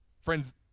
Friends